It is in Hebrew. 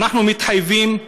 כשאנחנו מתחייבים,